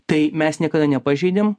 tai mes niekada nepažeidėm